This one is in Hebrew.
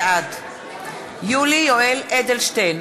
בעד יולי יואל אדלשטיין,